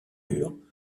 murs